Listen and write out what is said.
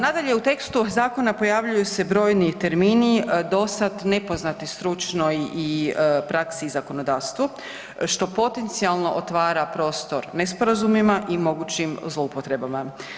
Nadalje, u tekstu zakona pojavljuju se brojni termini dosad nepoznati stručnoj praksi i zakonodavstvu što potencijalno otvara prostor nesporazumima i mogućim zloupotrebama.